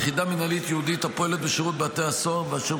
יחידה מינהלית ייעודית הפועלת בשירות בתי הסוהר ואשר